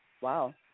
Wow